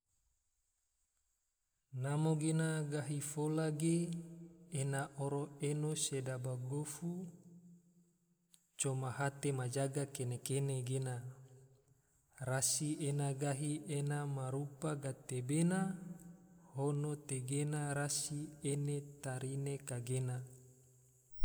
Namo gena, gahi fola ge ena oro eno sedaba gofu, coma hate ma jaga kene-kene gena, rasi ena gahi ena ma rupa gatebena hono tegena rasi, ene tarine kagena